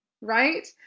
right